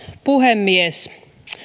puhemies